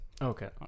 Okay